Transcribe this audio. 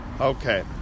Okay